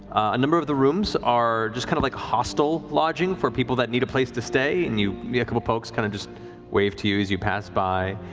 a number of the rooms are just kind of like hostel lodging for people that need a place to stay and you meet a couple folks, kind of just wave to you as you pass by.